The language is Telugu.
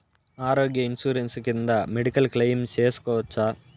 ఆరోగ్య ఇన్సూరెన్సు కింద మెడికల్ క్లెయిమ్ సేసుకోవచ్చా?